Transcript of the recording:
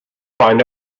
find